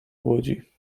łodzi